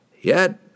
Yet